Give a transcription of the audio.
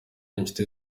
n’inshuti